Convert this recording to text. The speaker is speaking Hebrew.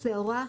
שעורה,